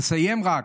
אסיים רק,